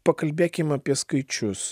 pakalbėkim apie skaičius